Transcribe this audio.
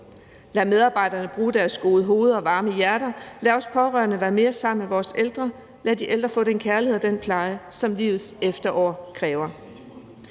lade medarbejderne bruge deres gode hoveder og varme hjerter, lade de pårørende være mere sammen med de ældre og lade de ældre få den kærlighed og den pleje, som livets efterår kræver.